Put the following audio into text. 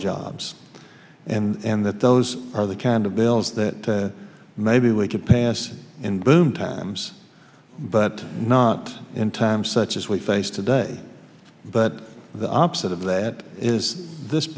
jobs and that those are the kind of bills that maybe we could pass in boom times but not in time such as we face today but the opposite of that is this